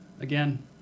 again